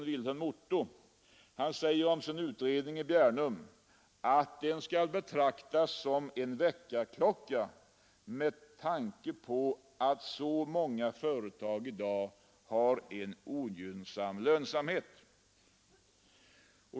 Wilhelm Otto säger om sin utredning i Bjärnum, att den skall betraktas som en väckarklocka med tanke på att så många företag i dag har en ogynnsam lönsamhet.